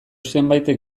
zenbaitek